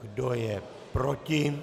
Kdo je proti?